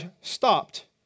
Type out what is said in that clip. stopped